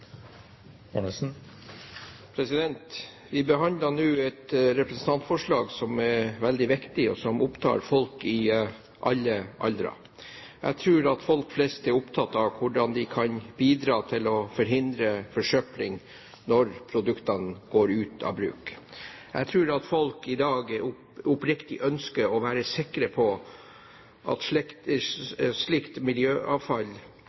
veldig viktig, og som opptar folk i alle aldre. Jeg tror at folk flest er opptatt av hvordan de kan bidra til å forhindre forsøpling når produktene går ut av bruk. Jeg tror at folk i dag oppriktig ønsker å være sikre på at slikt